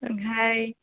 ओंहाय